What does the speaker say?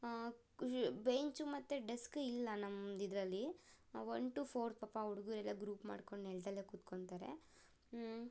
bench ಮತ್ತು desk ಇಲ್ಲ ನಮ್ದಿದ್ರಲ್ಲಿ ಒನ್ ಟು ಫೋರ್ ಪಾಪ ಆ ಹುಡುಗರೆಲ್ಲ ಗ್ರೂಪ್ ಮಾಡ್ಕೊಂಡು ನೆಲದಲ್ಲೇ ಕೂತ್ಕೊತಾರೆ